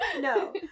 No